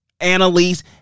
Annalise